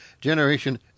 Generation